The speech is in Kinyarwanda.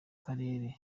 karere